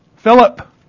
Philip